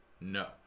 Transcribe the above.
No